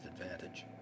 advantage